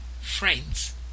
Friends